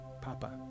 Papa